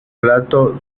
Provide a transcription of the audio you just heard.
plato